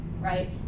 right